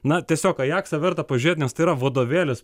na tiesiog ajaksą verta pažiūrėt nes tai yra vadovėlis